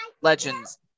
legends